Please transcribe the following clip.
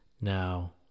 Now